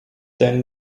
then